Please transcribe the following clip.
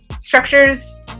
structures